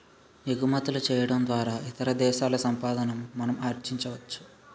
ఎగుమతులు చేయడం ద్వారా ఇతర దేశాల సంపాదన మనం ఆర్జించవచ్చు